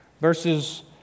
verses